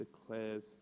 declares